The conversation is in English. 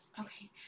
Okay